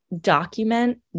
document